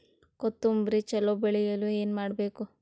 ಕೊತೊಂಬ್ರಿ ಚಲೋ ಬೆಳೆಯಲು ಏನ್ ಮಾಡ್ಬೇಕು?